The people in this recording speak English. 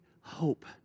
hope